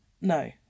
No